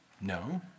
No